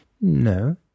no